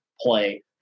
play